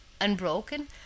unbroken